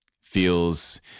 feels